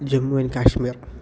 Jammu and Kashmir